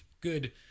good